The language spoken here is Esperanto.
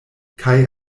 kaj